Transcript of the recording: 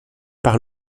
par